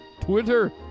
Twitter